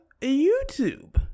YouTube